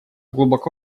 глубоко